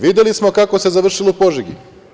Videli smo kako se završilo u Požegi.